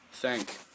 Thank